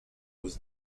was